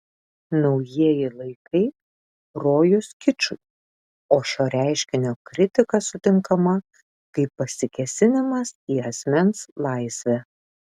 naujieji laikai rojus kičui o šio reiškinio kritika sutinkama kaip pasikėsinimas į asmens laisvę